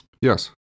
Yes